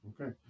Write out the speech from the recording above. okay